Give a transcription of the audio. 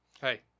Hey